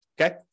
okay